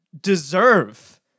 deserve